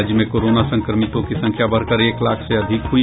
राज्य में कोरोना संक्रमितों की संख्या बढ़कर एक लाख से अधिक हुई